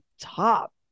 top